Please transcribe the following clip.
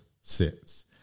sits